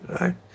right